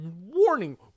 warning